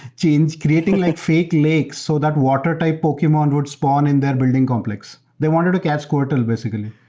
change, creating like fake lakes so that water type pokemon would spawn in their building complex. they wanted to catch squirtle, basically. we